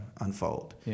unfold